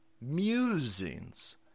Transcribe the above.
musings